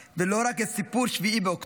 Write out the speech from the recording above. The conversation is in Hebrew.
ולא רק את סיפור 7 באוקטובר,